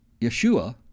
Yeshua